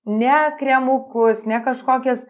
ne kremukus ne kažkokias